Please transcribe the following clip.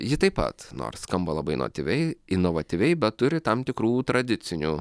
ji taip pat nors skamba labai inotyviai inovatyviai bet turi tam tikrų tradicinių